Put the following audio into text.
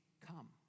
come